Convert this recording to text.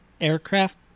aircraft